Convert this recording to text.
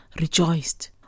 rejoiced